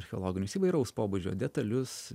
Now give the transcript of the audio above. archeologinius įvairaus pobūdžio detalius